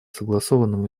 согласованным